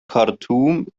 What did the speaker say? khartum